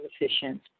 efficient